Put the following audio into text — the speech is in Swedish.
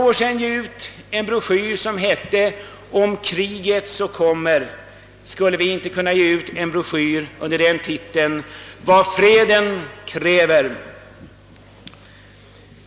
år sedan ge ut en broschyr som hette »Om kriget kommer». Kan vi inte nu ge ut en broschyr om »Vad: freden kräver»?